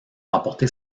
remporté